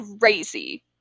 crazy